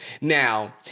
Now